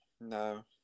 No